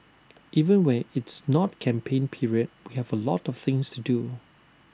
even when it's not campaign period we have A lot of things to do